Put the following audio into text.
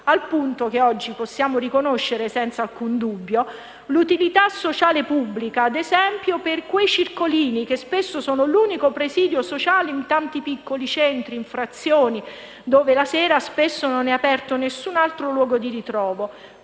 al punto che oggi possiamo riconoscere senza alcun dubbio l'utilità sociale pubblica per quei "circolini" che spesso sono l'unico presidio sociale in tanti piccoli centri, in frazioni dove la sera spesso non è aperto nessun altro luogo di ritrovo.